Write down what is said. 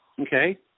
Okay